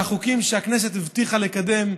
והחוקים שהכנסת הבטיחה לקדם,